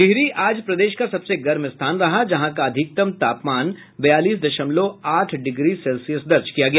डिहरी आज प्रदेश का सबसे गर्म स्थान रहा जहां का अधिकतम तापमान बयालीस दशमलव आठ डिग्री सेल्सियस दर्ज किया गया